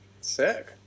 Sick